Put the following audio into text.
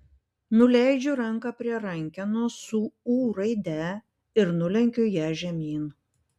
nuleidžiu ranką prie rankenos su ū raide ir nulenkiu ją žemyn